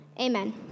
amen